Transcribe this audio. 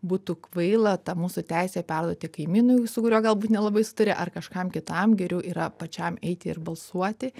būtų kvaila tą mūsų teisę perduoti kaimynui su kuriuo galbūt nelabai sutari ar kažkam kitam geriau yra pačiam eiti ir balsuoti